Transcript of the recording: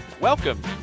Welcome